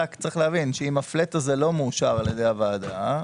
שאם הפלט הזה לא מאושר על ידי הוועדה,